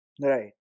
Right